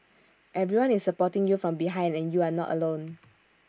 everyone is supporting you from behind and you are not alone